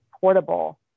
portable